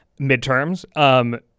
midterms